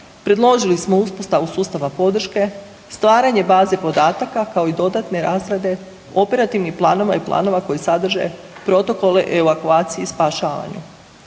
predložili smo uspostavu sustava podrške, stvaranje baze podataka kao i dodatne razrade operativnih planova i planova koji sadrže protokole, evakuacije i spašavanju.